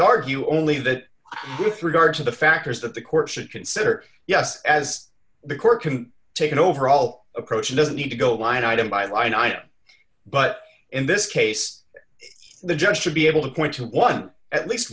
argue only that with regard to the factors that the court should consider yes as the court can take an overall approach and doesn't need to go blind item by line item but in this case the judge should be able to point to one at least